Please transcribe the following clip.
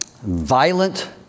violent